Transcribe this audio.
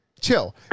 Chill